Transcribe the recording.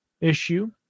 issue